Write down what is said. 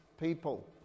people